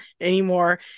anymore